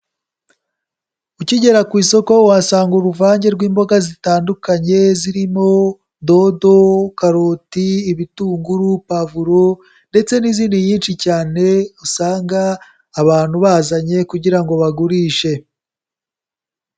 Ukigera ku isoko uhasanga uruvange rw'imboga zitandukanye zirimo: dodo, karoti, ibitunguru, pavuro ndetse n'izindi nyinshi cyane, usanga abantu bazanye kugira ngo bagurishe.